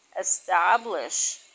establish